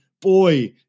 Boy